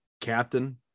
Captain